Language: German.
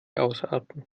ausarten